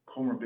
comorbidity